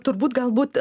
turbūt galbūt